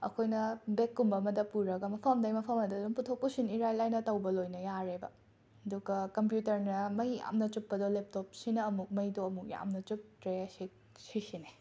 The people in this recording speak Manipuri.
ꯑꯩꯈꯣꯏꯅ ꯕꯦꯛ ꯀꯨꯝꯕ ꯑꯃꯗ ꯄꯨꯔꯒ ꯃꯐꯝ ꯑꯃꯗꯩ ꯃꯐꯝ ꯑꯃꯗ ꯄꯨꯊꯣꯛ ꯄꯨꯁꯤꯟ ꯏꯔꯥꯏ ꯂꯥꯏꯅ ꯇꯧꯕ ꯂꯣꯏꯅ ꯌꯥꯔꯦꯕ ꯑꯗꯨꯒ ꯀꯝꯄ꯭ꯌꯨꯇꯔꯅ ꯃꯩ ꯌꯥꯝꯅ ꯆꯨꯞꯄꯗꯣ ꯂꯦꯞꯇꯣꯞꯁꯤꯅ ꯑꯃꯨꯛ ꯃꯩꯗꯣ ꯑꯃꯨꯛ ꯌꯥꯝꯅ ꯆꯨꯞꯇ꯭ꯔꯦ ꯁꯤ ꯁꯤꯁꯤꯅꯦ